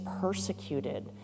persecuted